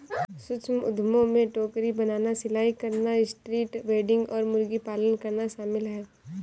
सूक्ष्म उद्यमों में टोकरी बनाना, सिलाई करना, स्ट्रीट वेंडिंग और मुर्गी पालन करना शामिल है